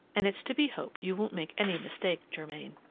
and it's to be hoped you won't make any mistake, germain.